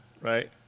right